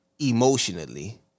emotionally